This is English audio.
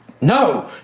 no